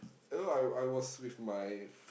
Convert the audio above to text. oh I I was with my